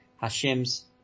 Hashem's